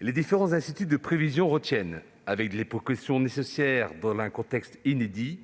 Les différents instituts de prévision retiennent, avec les précautions nécessaires dans un contexte inédit,